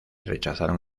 rechazaron